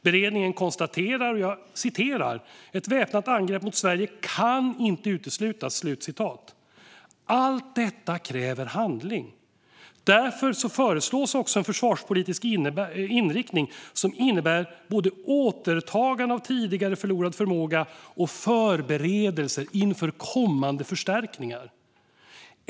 Beredningen konstaterar: "Ett väpnat angrepp mot Sverige kan inte uteslutas." Allt detta kräver handling. Därför föreslås också en försvarspolitisk inriktning som innebär både återtagande av tidigare förlorad förmåga och förberedelser inför kommande förstärkningar.